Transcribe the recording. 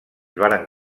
varen